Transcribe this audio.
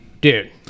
Dude